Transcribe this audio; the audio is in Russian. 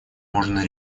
можно